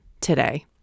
today